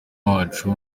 wacu